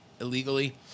illegally